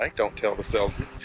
like don't tell the salesmen.